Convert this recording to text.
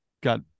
got